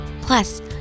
Plus